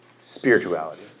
spirituality